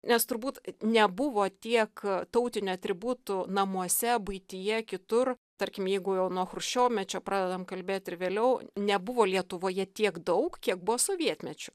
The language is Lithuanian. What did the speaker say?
nes turbūt nebuvo tiek tautinių atributų namuose buityje kitur tarkim jeigu jau nuo chruščiovmečio pradedam kalbėt ir vėliau nebuvo lietuvoje tiek daug kiek buvo sovietmečiu